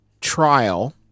trial